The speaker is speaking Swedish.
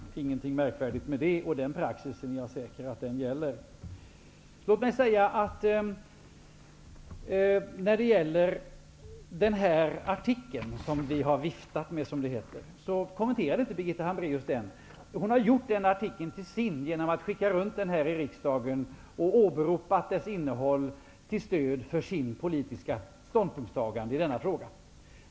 Det är ingenting märkvärdigt med det, och jag är säker på att det är denna praxis som gäller. Birgitta Hambraeus kommenterade inte i sin replik den tidningsartikel som det har ''viftats'' med. Hon har gjort denna artikel till sin genom att skicka runt den här i riksdagen och åberopa dess innehåll till stöd för sitt politiska ståndpunktstagande i denna fråga.